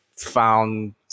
Found